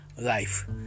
life